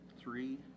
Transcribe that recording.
three